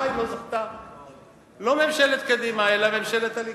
אלא ממשלת הליכוד.